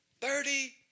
Thirty